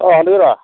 অ শান্তনুদা